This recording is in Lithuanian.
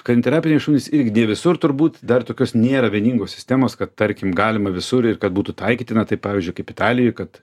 kaniterapiniai šunys irgi ne visur turbūt dar tokios nėra vieningos sistemos kad tarkim galima visur ir kad būtų taikytina taip pavyzdžiui kaip italijoj kad